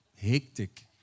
Hectic